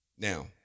Now